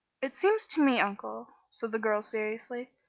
it seems to me, uncle, said the girl, seriously,